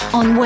on